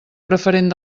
preferent